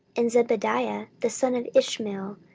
and zebadiah the son of ishmael,